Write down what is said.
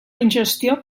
ingestió